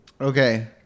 Okay